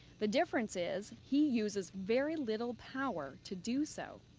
the difference is, he uses very little power to do so.